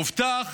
הובטח